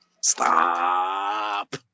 Stop